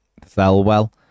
Thelwell